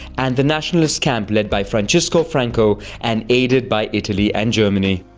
and the nationalist camp led by francisco franco, and aided by italy and germany.